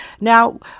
Now